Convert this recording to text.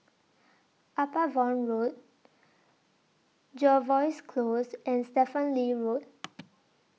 Upavon Road Jervois Close and Stephen Lee Road